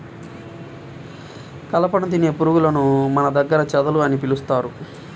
కలపను తినే పురుగులను మన దగ్గర చెదలు అని పిలుస్తారు